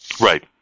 Right